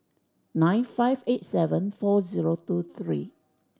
nine five eight seven four zero two three